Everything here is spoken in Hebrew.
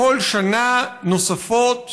בכל שנה נוספות